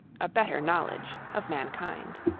a better knowledge of mankind.